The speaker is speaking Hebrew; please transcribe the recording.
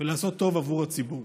ולעשות טוב עבור הציבור.